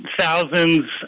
thousands